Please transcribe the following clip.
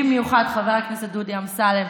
במיוחד חבר הכנסת דודי אמסלם,